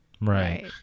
Right